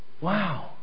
Wow